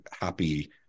happy